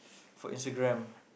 for Instagram